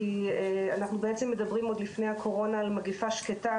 כי אנחנו בעצם מדברים עוד לפני הקורונה על מגיפה שקטה,